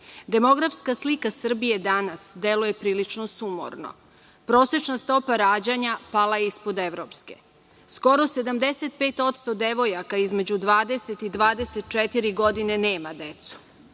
Demografska slika Srbije danas deluje prilično sumorno. Prosečna stopa rađanja pala je ispod evropske. Skoro 75% devojaka između 20 i 24 godine nema decu.